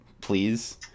please